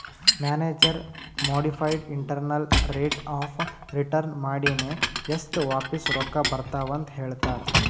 manager modified internal rate of return ಮಾಡಿನೆ ಎಸ್ಟ್ ವಾಪಿಸ್ ರೊಕ್ಕಾ ಬರ್ತಾವ್ ಅಂತ್ ಹೇಳ್ತಾರ್